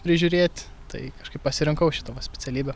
prižiūrėt tai kažkaip pasirinkau šitą va specialybę